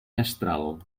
mestral